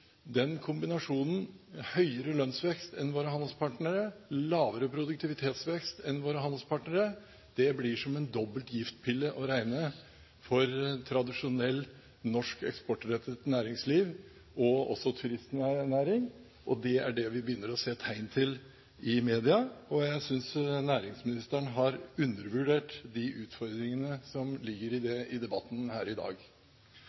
kombinasjonen høyere lønnsvekst enn våre handelspartnere og lavere produktivitetsvekst enn våre handelspartnere som en dobbel giftpille å regne for tradisjonelt norsk eksportrettet næringsliv og også for turistnæringen, og det er det vi begynner å se tegn til i media. Jeg synes næringsministeren har undervurdert de utfordringene som ligger i det i debatten her i dag.